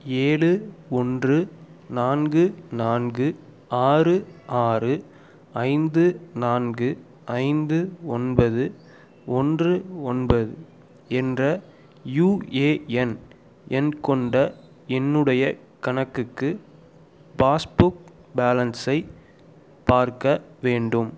ஏழு ஒன்று நான்கு நான்கு ஆறு ஆறு ஐந்து நான்கு ஐந்து ஒன்பது ஒன்று ஒன்பது என்ற யுஏஎன் எண் கொண்ட என்னுடைய கணக்குக்கு பாஸ்புக் பேலன்ஸை பார்க்க வேண்டும்